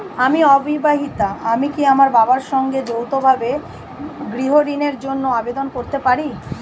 আমি অবিবাহিতা আমি কি আমার বাবার সঙ্গে যৌথভাবে গৃহ ঋণের জন্য আবেদন করতে পারি?